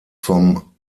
vom